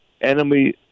enemy